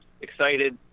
excited